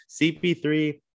CP3